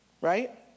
Right